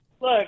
Look